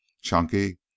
Chunky